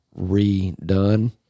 redone